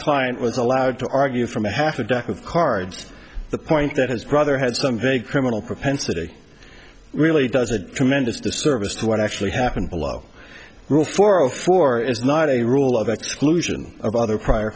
client was allowed to argue from half a deck of cards the point that his brother had some very criminal propensity really does a tremendous disservice to what actually happened below four zero four is not a rule of exclusion of other prior